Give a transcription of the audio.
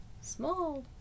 small